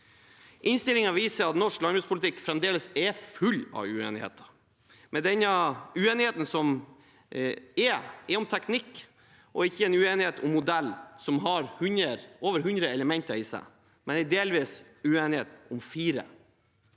Innstillingen viser at norsk landbrukspolitikk fremdeles er full av uenigheter, men denne uenigheten er om teknikk. Det er ikke en uenighet om en modell som har over hundre elementer i seg, men en delvis uenighet om fire